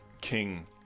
King